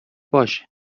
باشه